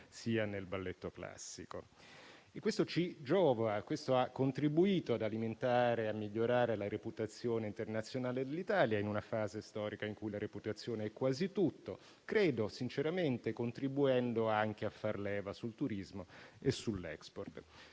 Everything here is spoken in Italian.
sia nel balletto classico. E questo ci giova, perché ha contribuito ad alimentare e a migliorare la reputazione internazionale dell'Italia in una fase storica in cui la reputazione è quasi tutto - credo sinceramente - contribuendo anche a far leva sul turismo e sull'*export.*